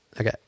okay